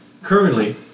Currently